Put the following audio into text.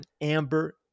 amber